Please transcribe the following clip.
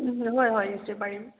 হয় হয় নিশ্চয় পাৰিম